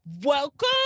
Welcome